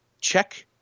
check